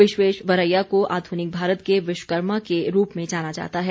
विश्वेश्वरैया को आध्निक भारत के विश्वकर्मा के रूप में जाना जाता है